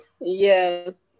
yes